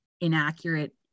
inaccurate